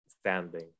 Standing